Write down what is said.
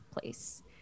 place